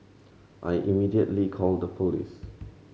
I immediately called the police